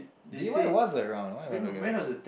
d_y was around what are you talking about